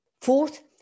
Fourth